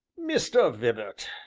mr. vibart,